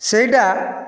ସେଇଟା